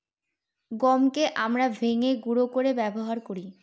গমকে আমরা ভেঙে গুঁড়া করে ব্যবহার করি